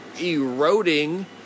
Eroding